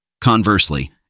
Conversely